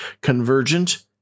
convergent